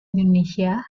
indonesia